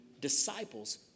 disciples